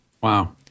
Wow